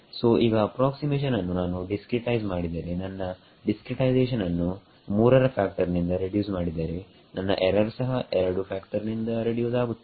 ಸೋಈಗ approximation ಅನ್ನು ನಾನು discretise ಮಾಡಿದರೆ ನನ್ನ ಡಿಸ್ಕ್ರಿಟೈಸೇಷನ್ ಅನ್ನು 3ರ ಫ್ಯಾಕ್ಟರ್ ನಿಂದ ರೆಡ್ಯೂಸ್ ಮಾಡಿದರೆ ನನ್ನ ಎರರ್ ಸಹ 2 ಫ್ಯಾಕ್ಟರ್ ನಿಂದ ರೆಡ್ಯೂಸ್ ಆಗುತ್ತದೆ